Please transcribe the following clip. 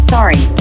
Sorry